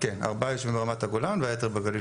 כן, ארבע יישובים ברמת הגולן והייתר בגליל